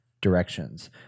directions